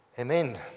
Amen